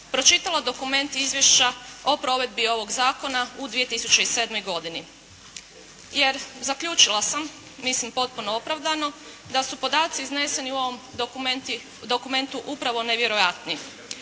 pročitala dokument Izvješća o provedbi ovog zakona u 2007. godini. Jer zaključila sam, mislim potpuno opravdano, da su podaci izneseni u ovom dokumentu upravo nevjerojatni.